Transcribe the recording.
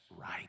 right